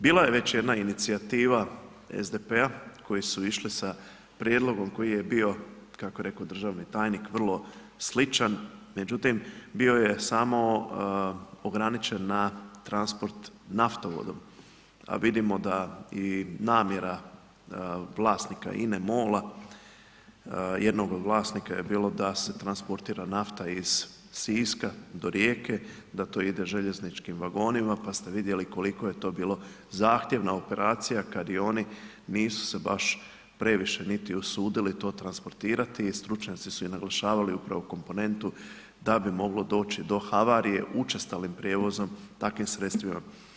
Bila je već jedna inicijativa SDP-a koji su išli sa prijedlogom kako je bio, kako je rekao državni tajnik, vrlo sličan, međutim, bio je samo ograničen na transport naftovodom, a vidimo da i namjera vlasnika INA-e MOL-a, jednog od vlasnika je bilo da se transportira nafta iz Siska do Rijeke, da to ide željezničkim vagonima, pa ste vidjeli koliko je to bilo zahtjevna operacija kad i oni nisu se baš previše niti usudili to transportirati i stručnjaci su im naglašavali upravo komponentu da bi moglo doći do havarije učestalim prijevozom takvim sredstvima.